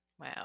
Wow